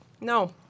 No